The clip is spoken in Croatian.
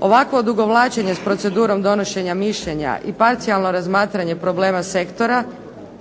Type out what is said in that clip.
Ovako odugovlačenje s procedurom donošenja mišljenja i parcijalno razmatranje problema sektora,